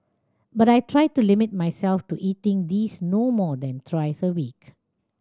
but I try to limit myself to eating these no more than thrice a week